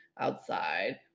outside